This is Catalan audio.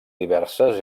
diverses